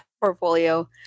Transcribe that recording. portfolio